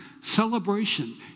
Celebration